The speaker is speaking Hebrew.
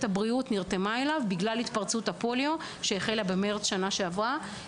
הבריאות בגלל התפרצות הפוליו שהחלה במרץ בשנה החולפת.